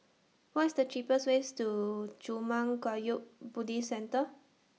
What IS The cheapest ways to Zurmang Kagyud Buddhist Centre